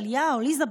טליה או ליזה,